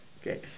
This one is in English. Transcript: Okay